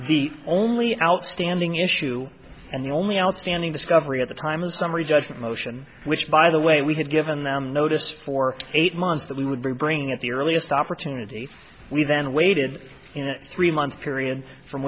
the only outstanding issue and the only outstanding discovery at the time of summary judgment motion which by the way we had given them notice for eight months that we would be bringing at the earliest opportunity we then waited three month period from